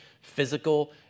physical